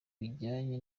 bijyanye